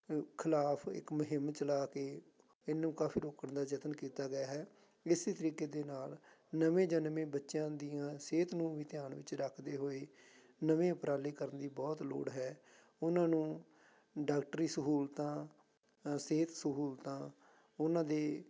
ਖਿਲਾਫ ਇੱਕ ਮੁਹਿੰਮ ਚਲਾ ਕੇ ਇਹਨੂੰ ਕਾਫ਼ੀ ਰੋਕਣ ਦਾ ਯਤਨ ਕੀਤਾ ਗਿਆ ਹੈ ਇਸ ਤਰੀਕੇ ਦੇ ਨਾਲ ਨਵੇਂ ਜਨਮੇ ਬੱਚਿਆਂ ਦੀਆਂ ਸਿਹਤ ਨੂੰ ਵੀ ਧਿਆਨ ਵਿੱਚ ਰੱਖਦੇ ਹੋਏ ਨਵੇਂ ਉਪਰਾਲੇ ਕਰਨ ਦੀ ਬਹੁਤ ਲੋੜ ਹੈ ਉਹਨਾਂ ਨੂੰ ਡਾਕਟਰੀ ਸਹੂਲਤਾਂ ਸਿਹਤ ਸਹੂਲਤਾਂ ਉਹਨਾਂ ਦੇ